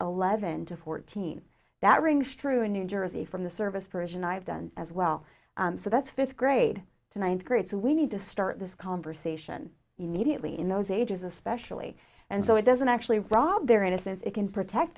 eleven to fourteen that rings true in new jersey from the service version i've done as well so that's fifth grade to ninth grade so we need to start this conversation immediately in those ages especially and so it doesn't actually rob their innocence it can protect